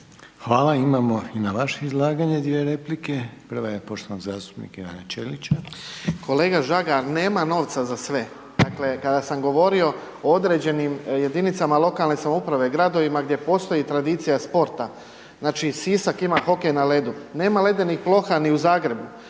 Hvala, imamo na vaše izlaganje dvije replike, prva je poštovanog zastupnika Ivana Ćelića. **Ćelić, Ivan (HDZ)** Kolega Žagar, nema novca za sve, dakle kada sam govorio o određenim jedinicama lokalne samouprave, gradovima gdje postoji tradicija sporta, znači Sisak ima hokej na ledu, nema ledenih ploha ni u Zagrebu,